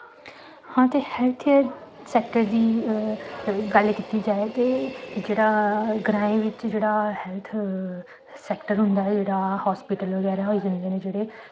health care sector दी गल्ल कीती जाए ते जेह्ड़ा ग्रांऐं बिच जेह्ड़ा हेल्थ सेक्टर होंदा जेह्ड़ा हॉस्पिटल बगैरा होंदे जेह्ड़े